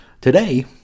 today